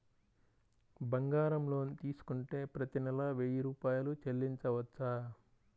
బంగారం లోన్ తీసుకుంటే ప్రతి నెల వెయ్యి రూపాయలు చెల్లించవచ్చా?